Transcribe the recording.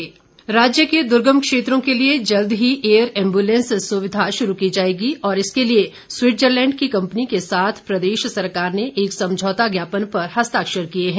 विपिन परमार राज्य के दुर्गम क्षेत्रों के लिए जल्द ही एयर ऐम्बुलेंस सुविधा शुरू की जाएगी और इसके लिए स्विट्जलैंड की कम्पनी के साथ प्रदेश सरकार ने एक समझौता ज्ञापन पर हस्ताक्षर किए हैं